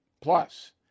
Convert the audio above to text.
Plus